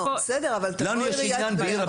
לנו יש עניין בעיר הבירה.